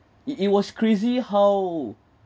it it was crazy how